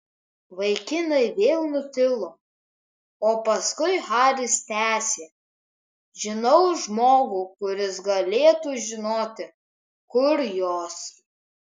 vaikinai vėl nutilo o paskui haris tęsė žinau žmogų kuris galėtų žinoti kur jos